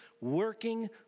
working